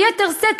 ביתר שאת,